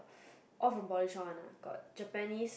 all for body shower one got Japanese